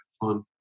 fun